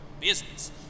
business